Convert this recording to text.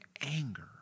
anger